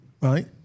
right